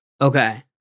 Okay